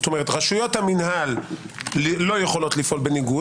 כלומר רשויות המינהל לא יכולות לפעול בניגוד